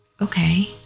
okay